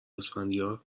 اسفندیار